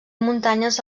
muntanyes